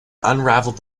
unraveled